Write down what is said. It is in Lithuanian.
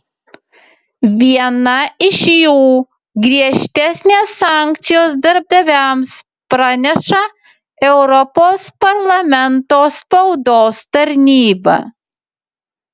viena iš jų griežtesnės sankcijos darbdaviams praneša europos parlamento spaudos tarnyba